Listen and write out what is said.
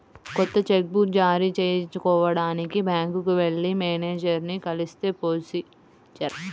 కొత్త cheque book జారీ చేయించుకోడానికి బ్యాంకుకి వెళ్లి మేనేజరుని కలిస్తే ప్రొసీజర్